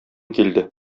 килде